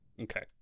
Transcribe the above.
Okay